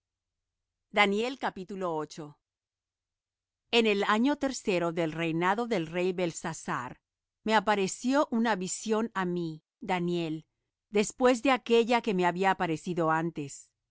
en el año tercero del reinado del rey belsasar me apareció una visión á mí daniel después de aquella que me había aparecido antes